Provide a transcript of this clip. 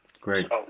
Great